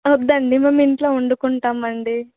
వద్దండి మేం ఇంట్లో వండుకుంటామండి